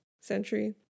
century